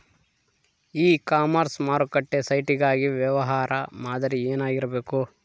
E commerce ಮಾರುಕಟ್ಟೆ site ಗಾಗಿ ವ್ಯವಹಾರ ಮಾದರಿ ಏನಾಗಿರಬೇಕು?